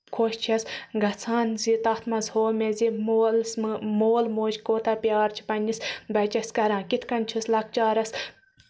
خۄش چھَس گژھان زِ تَتھ منٛز ہوو مےٚ زِ مولِس مول موج کوتاہ پیار چھُ پَنہٕ نِس بَچَس کران کِتھٕ کٔنۍ چھِس لۄکچارس